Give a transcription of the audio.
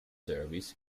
service